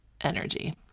energy